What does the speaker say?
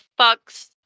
fucks